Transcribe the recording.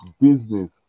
business